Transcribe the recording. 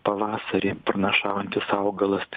pavasarį pranašaujantis augalas